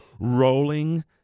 Rolling